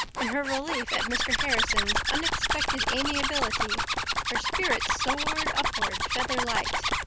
in her relief at mr. harrison's unexpected amiability her spirits soared upward feather-light.